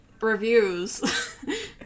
reviews